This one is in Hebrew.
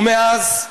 ומאז,